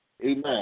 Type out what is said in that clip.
amen